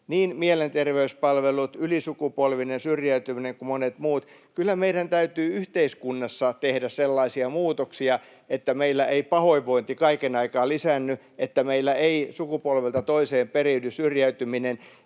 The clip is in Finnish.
niin mielenterveyspalvelut, ylisukupolvinen syrjäytyminen kuin monet muut: Kyllä meidän täytyy yhteiskunnassa tehdä sellaisia muutoksia, että meillä ei pahoinvointi kaiken aikaa lisäänny, että meillä ei sukupolvelta toiseen periydy syrjäytyminen.